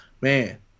Man